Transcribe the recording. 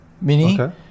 mini